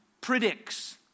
predicts